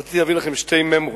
רציתי להביא לכם שתי מימרות.